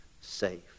safe